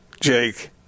Jake